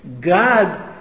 God